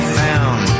found